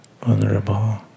vulnerable